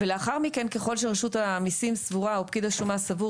ולאחר מכן ככל שרשות המיסים סבורה או פקיד השומה סבור